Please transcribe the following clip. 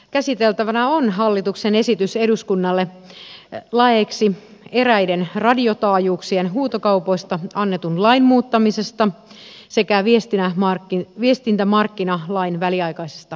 käsiteltävänä on hallituksen esitys eduskunnalle laeiksi eräiden radiotaajuuksien huutokaupoista annetun lain muuttamisesta sekä viestintämarkkinalain väliaikaisesta muuttamisesta